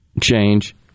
change